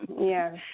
Yes